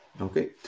Okay